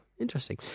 interesting